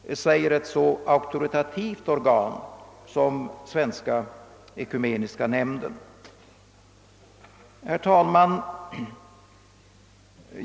Detta säger ett så auktoritativt organ som Svenska ekumeniska nämnden. Herr talman!